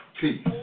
Peace